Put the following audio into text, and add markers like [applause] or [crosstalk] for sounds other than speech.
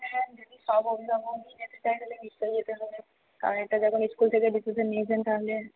হ্যাঁ যদি সব অভিভাবক যদি যেতে [unintelligible] তাহলে নিশ্চই যেতে হবে কারণ এটা যখন ইস্কুল থেকে ডিসিশান নিয়েছেন তাহলে